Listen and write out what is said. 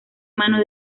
mano